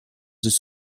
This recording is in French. sous